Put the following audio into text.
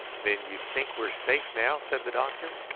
then you think we are safe now? said the doctor.